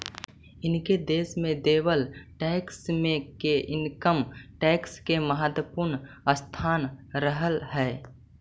अनेक देश में देवल टैक्स मे के इनकम टैक्स के महत्वपूर्ण स्थान रहऽ हई